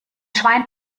schwein